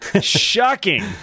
shocking